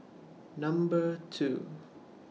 Number two